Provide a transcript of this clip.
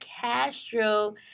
Castro